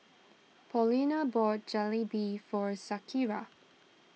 Paulina bought Jalebi for Shakira